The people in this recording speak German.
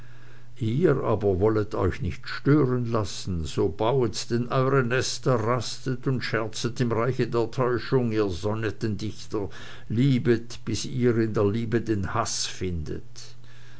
ihr aber wollet euch nicht stören lassen so bauet denn eure nester rastet und scherzet im reiche der täuschung ihr sonettendichter liebet bis ihr in der liebe den haß findet